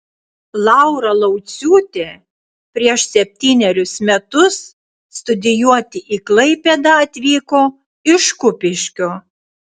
laura lauciūtė prieš septynerius metus studijuoti į klaipėdą atvyko iš kupiškio